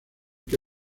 que